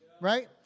Right